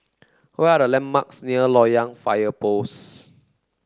where are the landmarks near Loyang Fire Post